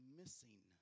missing